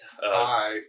Hi